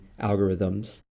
algorithms